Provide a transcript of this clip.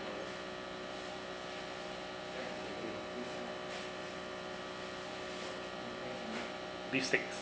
beef steaks